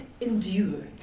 endure